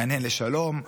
מהנהן לשלום,